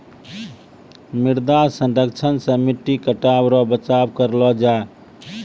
मृदा संरक्षण से मट्टी कटाव रो बचाव करलो जाय